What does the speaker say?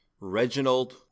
Reginald